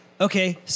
okay